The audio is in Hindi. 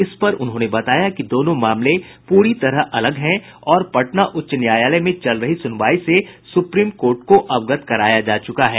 इस पर उन्होंने बताया कि दोनों मामले पूरी तरह अलग है और पटना उच्च न्यायालय में चल रही सुनवाई से सुप्रीम कोर्ट को अवगत कराया जा चुका है